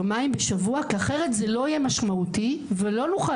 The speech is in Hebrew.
יומיים בשבוע כי אחרת זה לא יהיה משמעותי ולא נוכל